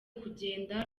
kugenda